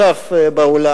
חבר הכנסת אריה אלדד,